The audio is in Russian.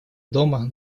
дома